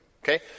Okay